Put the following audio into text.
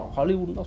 Hollywood